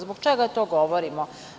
Zbog čega to govorimo?